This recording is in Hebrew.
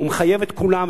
הוא מחייב את כולם,